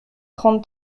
trente